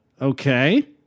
Okay